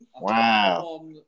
Wow